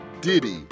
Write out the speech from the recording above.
Diddy